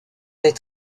des